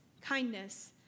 kindness